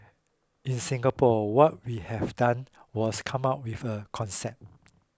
in Singapore what we have done was come up with a concept